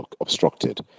obstructed